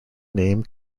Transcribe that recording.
name